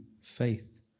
faith